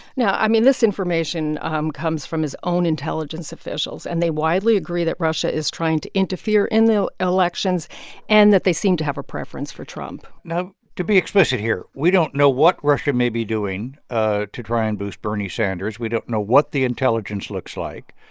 no. i mean, this information um comes from his own intelligence officials. and they widely agree that russia is trying to interfere in the elections and that they seem to have a preference for trump now, to be explicit here, we don't know what russia may be doing ah to try and boost bernie sanders. we don't know what the intelligence looks like.